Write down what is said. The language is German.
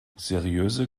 seriöse